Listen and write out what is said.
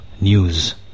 news